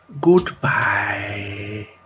Goodbye